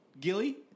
Gilly